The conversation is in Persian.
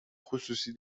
خصوصی